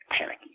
panicky